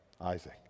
Isaac